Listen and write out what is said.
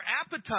appetite